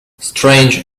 strange